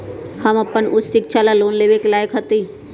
हम अपन उच्च शिक्षा ला लोन लेवे के लायक हती?